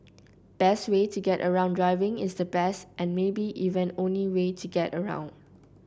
best way to get around Driving is the best and maybe even only way to get around